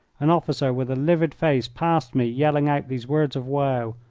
an officer with a livid face passed me yelling out these words of woe.